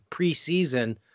preseason